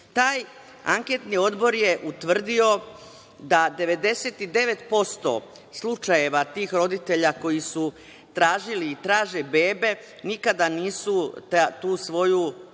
Taj anketni odbor je utvrdio da 99% slučajeva tih roditelja koji su tražili i traže bebe nikada nisu tu svoju navodno